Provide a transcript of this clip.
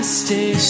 stay